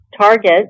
target